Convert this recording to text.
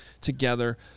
together